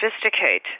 sophisticate